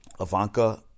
Ivanka